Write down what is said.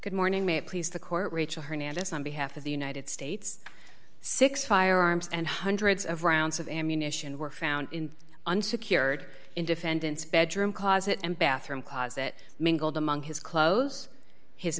good morning may please the court rachel hernandez on behalf of the united states six firearms and hundreds of rounds of ammunition were found unsecured in defendant's bedroom closet and bathroom closet mingled among his clothes his